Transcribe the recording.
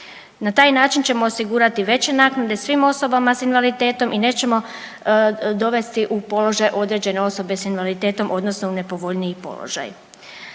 Na taj način ćemo osigurati veće naknade svim osobama s invaliditetom i nećemo dovesti u položaj određene osobe s invaliditetom odnosno u nepovoljniji položaj.